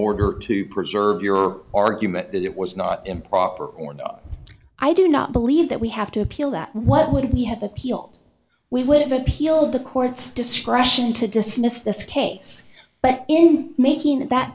order to preserve your argument that it was not improper or no i do not believe that we have to appeal that what would we have appealed we would have appealed the court's discretion to dismiss this case but in making that